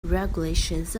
regulations